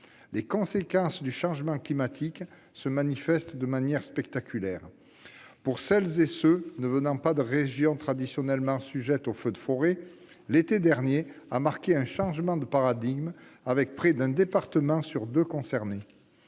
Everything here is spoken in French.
Les conséquences du changement climatique se manifestent de manière spectaculaire. Pour celles et ceux qui ne viennent pas de régions traditionnellement sujettes aux feux de forêt, l'été dernier a marqué un changement de paradigme, avec près d'un département sur deux concerné.